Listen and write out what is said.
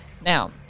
Now